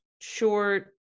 short